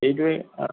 সেইটোৱেই অঁ